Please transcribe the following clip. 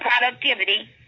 productivity